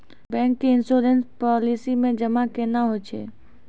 Bank के insurance policy मे जमा केना होय छै?